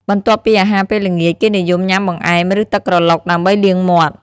បន្ទាប់ពីអាហារពេលល្ងាច គេនិយមញាំ បង្អែម ឬ ទឹកក្រឡុក ដើម្បីលាងមាត់ ។